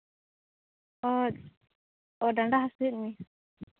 ᱚᱸᱻ ᱰᱟᱸᱰᱟ ᱦᱟᱹᱥᱩᱭᱮᱜ ᱢᱮᱭᱟ